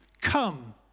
Come